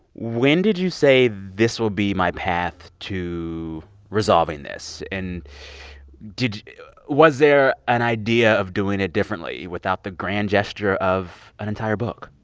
when did you say, this will be my path to resolving this? and did was there an idea of doing it differently, without the grand gesture of an entire book?